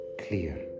clear